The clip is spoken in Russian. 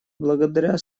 благодаря